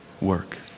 work